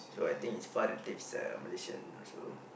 so I think his far relatives a Malaysian also